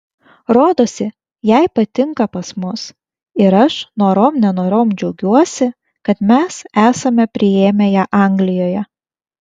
rodosi jai patinka pas mus ir aš norom nenorom džiaugiuosi kad mes esame priėmę ją anglijoje